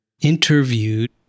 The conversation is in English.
interviewed